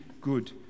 good